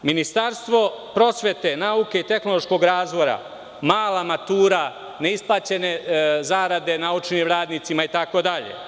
Ministarstvo prosvete, nauke i tehnološkog razvoja, mala matura, neisplaćene zarade naučnim radnicima itd.